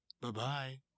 Bye-bye